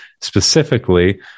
specifically